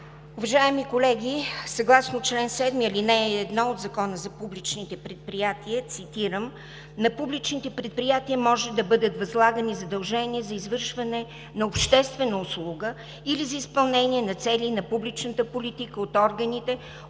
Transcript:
Уважаеми колеги, съгласно чл. 7, ал. 1 от Закона за публичните предприятия, цитирам: „На публичните предприятия може да бъдат възлагани задължения за извършване на обществена услуга или за изпълнение на цели на публичната политика от органите,